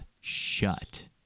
shut